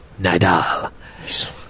Nidal